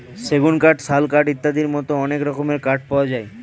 সেগুন কাঠ, শাল কাঠ ইত্যাদির মতো অনেক রকমের কাঠ পাওয়া যায়